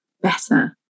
better